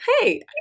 hey